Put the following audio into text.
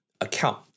account